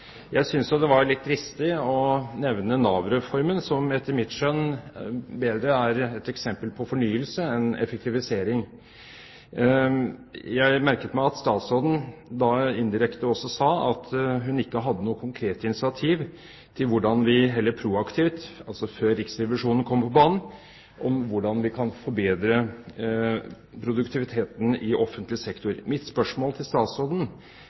Jeg synes jo det var litt dristig å nevne Nav-reformen, som etter mitt skjønn heller er et eksempel på fornyelse enn effektivisering. Jeg merket meg at statsråden indirekte også sa at hun ikke hadde noen konkrete initiativ proaktivt – altså før Riksrevisjonen kom på banen – om hvordan vi kan forbedre produktiviteten i offentlig sektor. Mitt spørsmål til statsråden